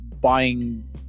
buying